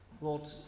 Lord